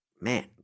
man